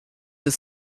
ist